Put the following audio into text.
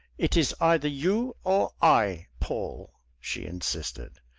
it is either you or i, paul! she insisted.